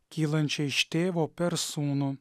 kylančią iš tėvo per sūnų